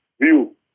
view